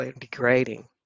degrading